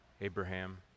Abraham